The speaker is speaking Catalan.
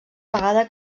vegada